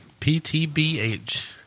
PTBH